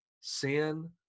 sin